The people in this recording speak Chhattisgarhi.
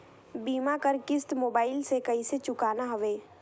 बीमा कर किस्त मोबाइल से कइसे चुकाना हवे